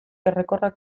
errekorrak